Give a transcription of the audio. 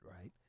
right